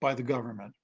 by the government,